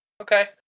Okay